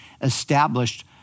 established